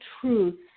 truth